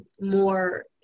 more